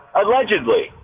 allegedly